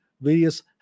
various